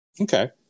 Okay